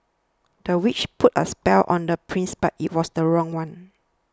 the witch put a spell on the prince but it was the wrong one